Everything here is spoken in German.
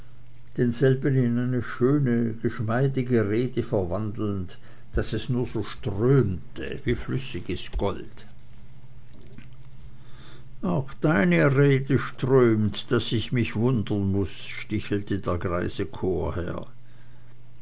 denselben in eine schöne geschmeidige rede verwandelnd daß es nur so strömte wie flüssiges gold auch deine rede strömt daß ich mich wundern muß stichelte der greise